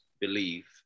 believe